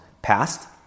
Past